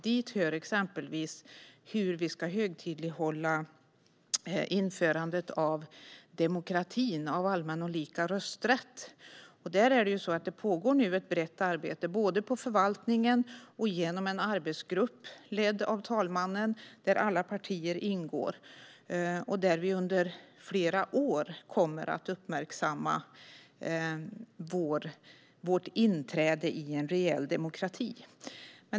Dit hör exempelvis hur vi ska högtidlighålla införandet av demokrati och allmän och lika rösträtt. Det pågår ett brett arbete både i förvaltningen och i en arbetsgrupp som leds av talmannen, där alla partier ingår. Där kommer vi under flera år att uppmärksamma vårt inträde i en reell demokrati.